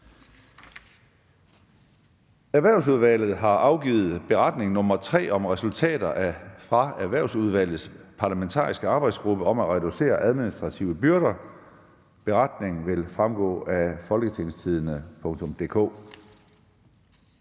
Erhvervsudvalget har afgivet beretning om resultater fra Erhvervsudvalgets parlamentariske arbejdsgruppe om at reducere administrative byrder. (Beretning nr. 3). Beretningen vil fremgå af www.folketingstidende.dk.